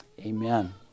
Amen